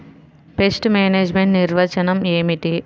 Pest management నిర్వచనం ఏమిటి?